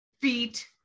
feet